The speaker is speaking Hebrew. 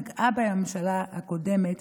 נגעה בהם הממשלה הקודמת.